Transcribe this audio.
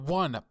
one